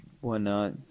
whatnot